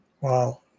Wow